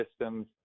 systems